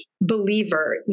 believer